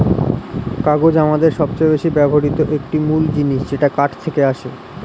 কাগজ আমাদের সবচেয়ে বেশি ব্যবহৃত একটি মূল জিনিস যেটা কাঠ থেকে আসে